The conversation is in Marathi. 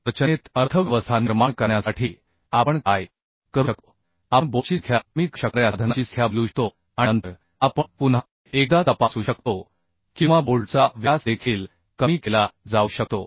रचनेत अर्थव्यवस्था निर्माण करण्यासाठी आपण काय करू शकतो आपण बोल्टची संख्या कमी करू शकणाऱ्या साधनांची संख्या बदलू शकतो आणि नंतर आपण पुन्हा एकदा तपासू शकतो किंवा बोल्टचा व्यास देखील कमी केला जाऊ शकतो